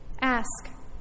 ask